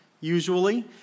usually